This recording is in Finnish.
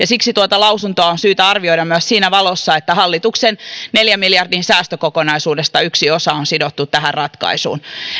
siksi tuota lausuntoa on syytä arvioida myös siinä valossa että hallituksen neljän miljardin säästökokonaisuudesta yksi osa on sidottu tähän ratkaisuun